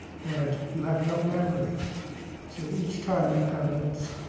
and you have no memory, so that each time you come and